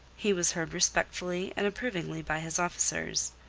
he was heard respectfully and approvingly by his officers,